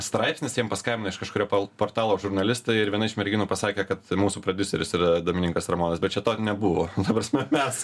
straipsnis jiem paskambino iš kažkurio portalo žurnalistai ir viena iš merginų pasakė kad mūsų prodiuseris yra domininkas ramonas bet čia to nebuvo ta prasme mes